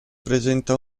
presenta